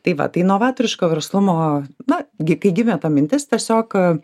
tai va tai novatoriško verslumo na gi kai gimė ta mintis tiesiog